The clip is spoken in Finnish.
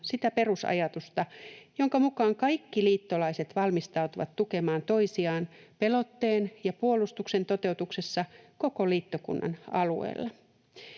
Naton perusajatusta, jonka mukaan kaikki liittolaiset valmistautuvat tukemaan toisiaan pelotteen ja puolustuksen toteutuksessa koko liittokunnan alueella.